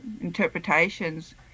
interpretations